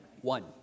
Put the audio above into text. One